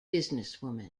businesswoman